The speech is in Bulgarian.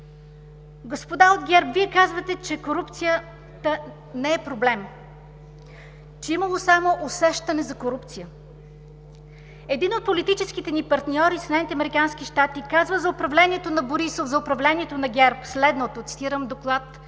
Господа от ГЕРБ, Вие казвате, че корупцията не е проблем, че имало само усещане за корупция. Един от политическите ни партньори – Съединените американски щати, казва за управлението на Борисов, за управлението на ГЕРБ следното, цитирам доклад